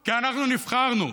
כי אנחנו נבחרנו.